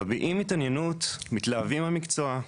מביעים התעניינות, מתלהבים מהמקצוע,